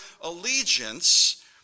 allegiance